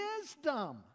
wisdom